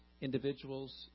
individuals